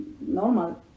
normal